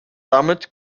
damit